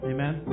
Amen